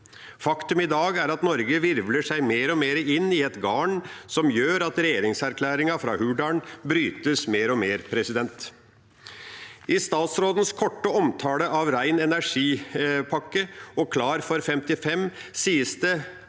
Faktum er at Norge i dag virvler seg mer og mer inn i et garn som gjør at regjeringsplattformen fra Hurdal brytes mer og mer. I statsrådens korte omtale av Ren energi-pakken og Klar for 55-pakken